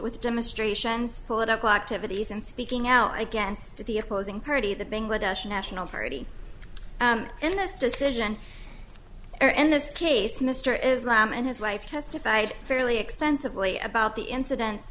with demonstrations political activities and speaking out against the opposing party the bangladeshi national party in this decision or in this case mr islam and his wife testified fairly extensively about the incidence